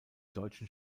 deutschen